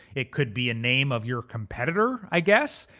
it could be a name of your competitor, i guess.